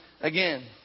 Again